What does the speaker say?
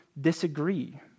disagree